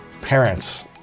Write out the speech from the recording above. parents